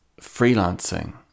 freelancing